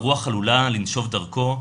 הרוח עלולה לנשוב דרכו,